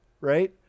right